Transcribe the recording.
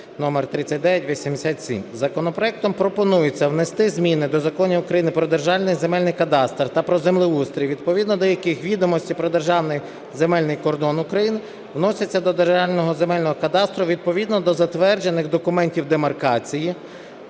Законопроектом пропонується внести зміни до законів України "Про Державний земельний кадастр" та "Про землеустрій", відповідно до яких відомості про Державний земельний кордон України вносяться до Державного земельного кадастру відповідно до затверджених документів демаркації,